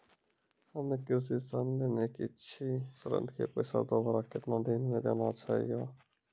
हम्मे कृषि ऋण लेने छी ऋण के पैसा दोबारा कितना दिन मे देना छै यो?